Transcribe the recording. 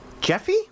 Jeffy